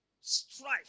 strife